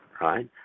right